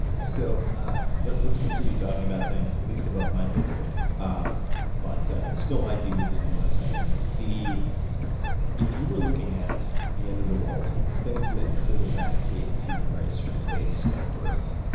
so ah let's continue talking about things at least above my pay grade um but still might be within yours, i think. if you were looking at the end of the world, the things that could eradicate the human race from the face of earth,